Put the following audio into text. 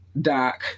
Doc